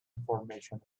information